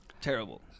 terrible